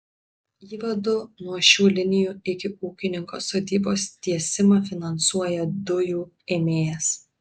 įvadų nuo šių linijų iki ūkininko sodybos tiesimą finansuoja dujų ėmėjas